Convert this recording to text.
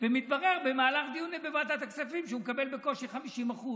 ומתברר במהלך דיונים בוועדת הכספים שהוא מקבל בקושי 50%,